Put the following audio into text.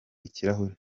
ikirahuri